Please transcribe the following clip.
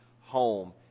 home